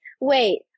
wait